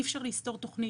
אי אפשר לסתור תוכנית,